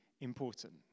important